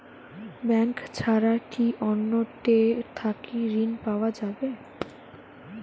Bank ছাড়া কি অন্য টে থাকি ঋণ পাওয়া যাবে?